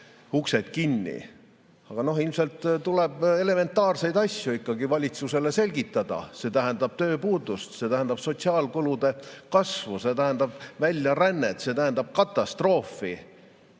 uksed kinni? Aga ilmselt tuleb elementaarseid asju ikkagi valitsusele selgitada. See tähendab tööpuudust, see tähendab sotsiaalkulude kasvu, see tähendab väljarännet, see tähendab katastroofi,